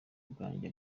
bwanjye